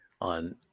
on